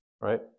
Right